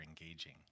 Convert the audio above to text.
engaging